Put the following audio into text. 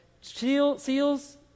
seals